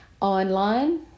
online